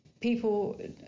People